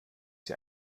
sie